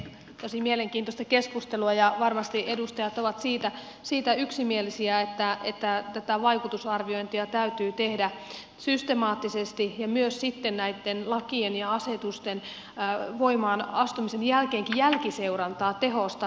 tosi mielenkiintoista keskustelua ja varmasti edustajat ovat siitä yksimielisiä että tätä vaikutusarviointia täytyy tehdä systemaattisesti ja myös sitten näitten lakien ja asetusten voimaan astumisen jälkeenkin jälkiseurantaa tehostaa